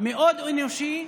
מאוד אנושי,